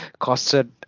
costed